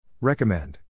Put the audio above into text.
Recommend